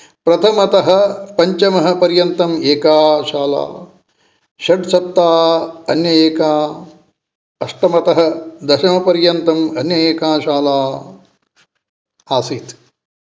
प्रथमतः पञ्चमः पर्यन्तं एका शाला षट् सप्त अन्य एका अष्टमतः दशमपर्यन्तं अन्य एका शाला आसीत्